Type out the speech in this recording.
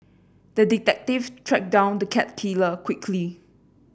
the detective tracked down the cat killer quickly